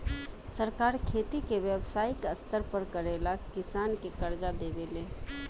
सरकार खेती के व्यवसायिक स्तर पर करेला किसान के कर्जा देवे ले